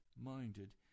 minded